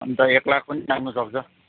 अनि त एक लाख पनि नाघ्नु सक्छ